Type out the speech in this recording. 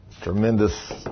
Tremendous